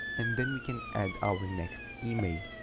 and then we can add our next email